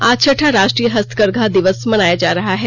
आज छठा राष्ट्रीय हस्तकरघा दिवस मनाया जा रहा है